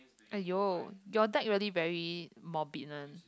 !aiyo! your that really very morbid one